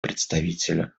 представителю